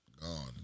gone